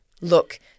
Look